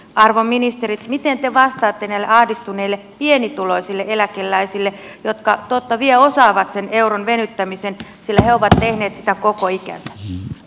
arvon ministerit miten te vastaatte näille ahdistuneille pienituloisille eläkeläisille jotka totta vie osaavat sen euron venyttämisen sillä he ovat tehneet sitä koko ikänsä